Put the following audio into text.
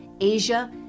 Asia